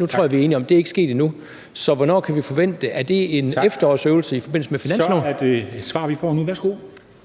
Jeg tror, vi er enige om, at det ikke er sket endnu, så hvornår kan vi forvente det? Er det en efterårsøvelse i forbindelse med finansloven? Kl. 14:52 Formanden (Henrik